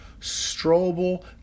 Strobel